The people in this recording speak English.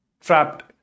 trapped